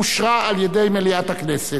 תשעה בעד,